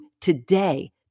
today